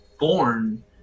born